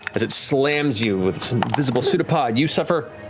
as it slams you with its invisible pseudopod, you suffer,